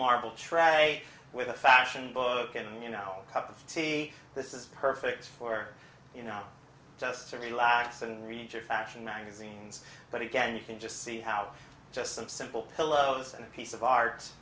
schrag with a faction book and you know cup of tea this is perfect for you know just to relax and read your fashion magazines but again you can just see how just some simple pillows and a piece of art